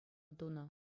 тунӑ